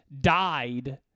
died